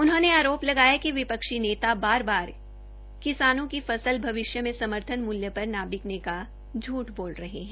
उन्होंने आरोप लगाया कि विपक्षी नेता बार बार किसान की फसल भविष्य में समर्थन मूल्य पर न बिकने का झूठ बोल रहे है